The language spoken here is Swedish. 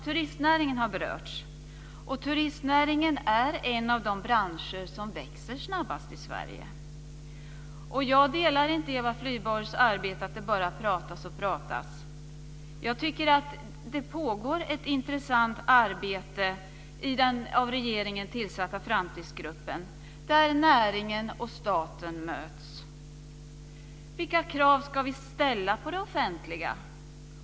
Turistnäringen har berörts. Turistnäringen är en av de branscher som växer snabbast i Sverige. Jag delar inte Eva Flyborgs syn på att det bara pratas och pratas. Jag tycker att det pågår ett intressant arbete i den av regeringen tillsatta Framtidsgruppen, där näringen och staten möts. Vilka krav ska vi ställa på det offentliga?